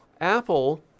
Apple